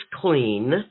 clean